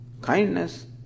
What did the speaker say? kindness